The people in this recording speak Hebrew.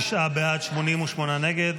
תשעה בעד, 88 נגד.